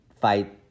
fight